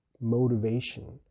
motivation